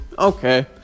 Okay